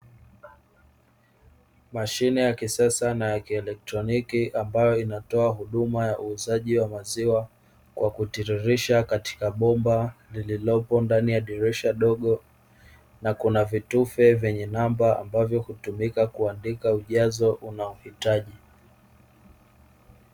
Mashine ya kisasa na ya kielektroniki ambayo inatoa huduma ya uuzaji wa maziwa, kwa kutiririsha katika bomba lililopo ndani ya dirisha dogo na kuna vitufe vyenye namba, ambavyo hutumika kuandika ujazo unaohitaji.